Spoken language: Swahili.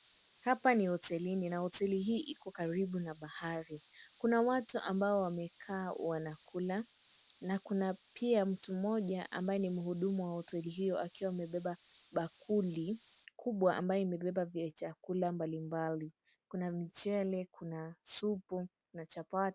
Hapa ni hotelini na hoteli hii iko karibu na bahari kuna watu ambao wamekaa wanakula na kuna pia mtu mmoja ambaye ni mhudumu wa hoteli hiyo akiwa amebeba bakuli kubwa ambayo imebeba vyakula mbalimbali kuna mchele, kuna supu na chapati.